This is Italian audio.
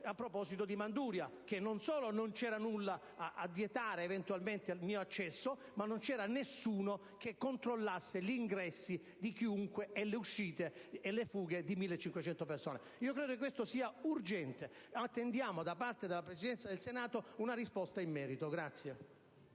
a proposito di Manduria: che non solo non c'era nulla a vietare eventualmente il mio accesso, ma non c'era nessuno che controllasse gli ingressi di chiunque e le fughe di 1.500 persone. Credo che questo problema sia urgente e attendiamo da parte della Presidenza del Senato una risposta in merito.